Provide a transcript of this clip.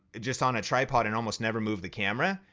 just on a tripod and almost never move the camera,